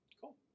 cool